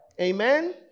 Amen